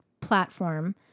platform